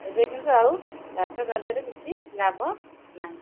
ଏବେ କିନ୍ତୁ ଆଉ ଚାଷ କାର୍ଯ୍ୟରେ କିଛି ଲାଭ ନାହିଁ